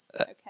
okay